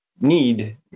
need